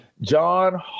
John